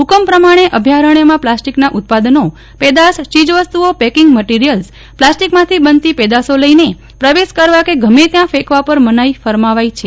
હુકમ પ્રમાણે અભ્યારણ્યમાં પ્લાસ્ટીકના ઉત્પાદનોપેદાશચીજવસ્તુઓ પેકિંગ મટીરીયલ્સ પ્લાસ્ટીકમાંથી બનતી પેદાશો લઈને પ્રવેશ કરવા કે ગમે ત્યાં ફકવા પર મનાઈ ફરમાવાઈ છે